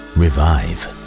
revive